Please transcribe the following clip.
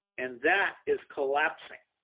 and that is collapsing.